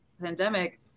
Pandemic